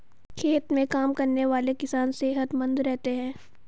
खेत में काम करने वाले किसान सेहतमंद रहते हैं